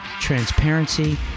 transparency